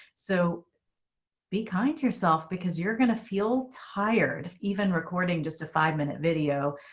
so be kind to yourself because you're gonna feel tired of even recording just a five minute video.